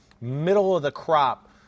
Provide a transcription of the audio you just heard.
middle-of-the-crop